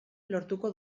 lortuko